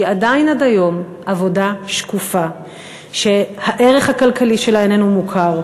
שהיא עדיין עד היום עבודה שקופה שהערך הכלכלי שלה איננו מוכר.